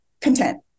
content